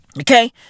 Okay